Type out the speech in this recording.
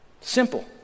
Simple